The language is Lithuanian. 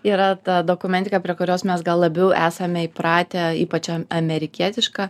yra ta dokumentika prie kurios mes gal labiau esame įpratę ypač amerikietiška